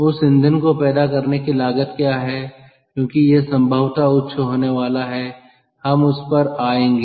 उस ईंधन को पैदा करने की लागत क्या है क्योंकि यह संभवत उच्च होने वाला है हम उस पर आएंगे